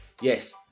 yes